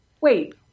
Wait